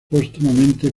póstumamente